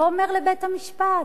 ואומר לבית-המשפט: